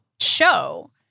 show